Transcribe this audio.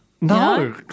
No